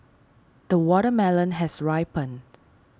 the watermelon has ripened